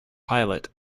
pilot